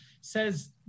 says